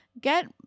get